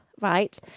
right